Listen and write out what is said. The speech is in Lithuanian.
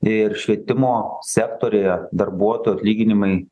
ir švietimo sektoriuje darbuotojų atlyginimai